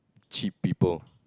cheap people